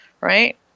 right